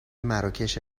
مراکش